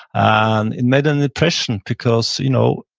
and it made an impression because you know